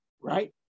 right